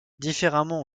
différemment